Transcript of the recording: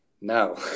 no